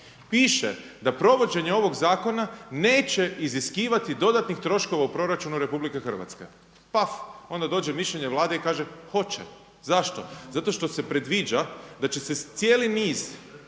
Piše da provođenje ovoga zakona neće iziskivati dodatnih troškova u proračunu Republike Hrvatske. Paf. Onda dođe mišljenje Vlade i kaže hoće. Zašto? Zato što se predviđa da će se cijeli niz